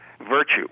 virtue